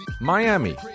Miami